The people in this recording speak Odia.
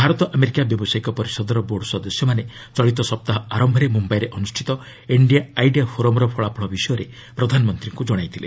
ଭାରତ ଆମେରିକା ବ୍ୟବସାୟୀକ ପରିଷଦର ବୋର୍ଡ ସଦସ୍ୟମାନେ ଚଳିତ ସପ୍ତାହ ଆରମ୍ଭରେ ମୁମ୍ୟାଇରେ ଅନୁଷ୍ଠିତ ଇଣ୍ଡିଆ ଆଇଡିଆ ଫୋରମ୍ର ଫଳାଫଳ ବିଷୟରେ ପ୍ରଧାନମନ୍ତ୍ରୀଙ୍କୁ ଜଣାଇଥିଲେ